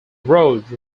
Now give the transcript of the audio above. road